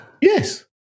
Yes